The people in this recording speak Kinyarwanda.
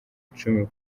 icumi